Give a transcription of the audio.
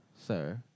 sir